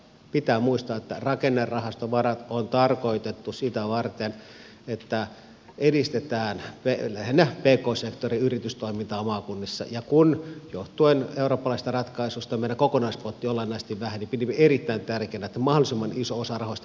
pitää muistaa että rakennerahastovarat on tarkoitettu sitä varten että edistetään lähinnä pk sektorin yritystoimintaa maakunnissa ja kun johtuen eurooppalaisesta ratkaisusta meidän kokonaispottimme olennaisesti väheni niin pidimme erittäin tärkeänä että mahdollisimman iso osa rahoista meni varsinaiseen toimintaan